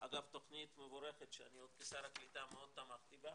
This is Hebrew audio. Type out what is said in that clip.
השר להשכלה גבוהה